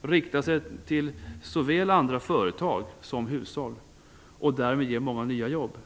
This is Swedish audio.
och rikta sig till såväl andra företag som hushåll. Det skulle därmed ge många nya jobb.